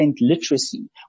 literacy